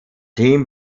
team